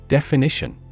Definition